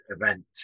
event